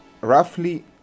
roughly